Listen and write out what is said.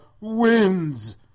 wins